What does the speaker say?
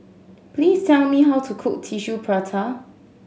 please tell me how to cook Tissue Prata